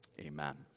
amen